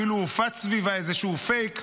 אפילו הופץ סביבה איזשהו פייק,